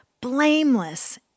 blameless